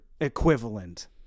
equivalent